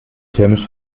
thermisch